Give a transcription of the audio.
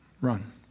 run